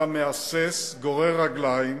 אתה מהסס, גורר רגליים,